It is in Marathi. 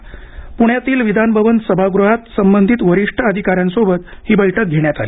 प्ण्यातील विधानभवन सभागृहात संबंधित वरिष्ठ अधिकाऱ्यांसोबत ही बैठक घेण्यात आली